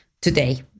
Today